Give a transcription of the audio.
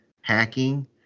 hacking